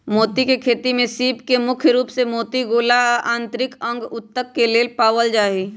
मोती के खेती में सीप के मुख्य रूप से मोती गोला आ आन्तरिक अंग उत्तक के लेल पालल जाई छई